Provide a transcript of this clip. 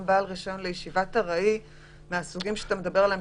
ההסדר גם בעל רישיון לישיבת ארעי מהסוג שאתה מדבר עליו,